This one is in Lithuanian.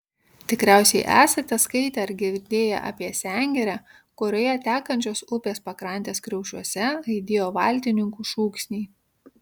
tikriausiai esate skaitę ar girdėję apie sengirę kurioje tekančios upės pakrantės kriaušiuose aidėjo valtininkų šūksniai